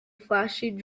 flashing